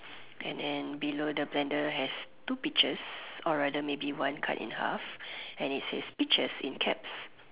and then below the blender has two peaches or rather maybe one cut in half and it says peaches in caps